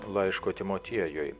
laiško timotiejui